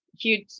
huge